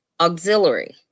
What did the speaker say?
auxiliary